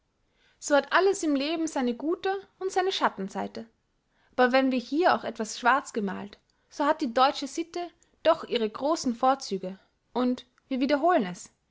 so hat alles im leben seine gute und seine schattenseite aber wenn wir hier auch etwas schwarz gemalt so hat die deutsche sitte doch ihre großen vorzüge und wir wiederholen es